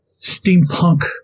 steampunk